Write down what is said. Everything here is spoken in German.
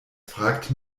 fragt